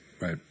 right